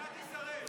שהמדינה תישרף.